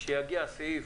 כאשר יגיע הסעיף,